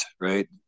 right